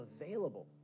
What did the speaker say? available